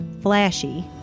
flashy